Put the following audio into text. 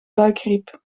buikgriep